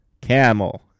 camel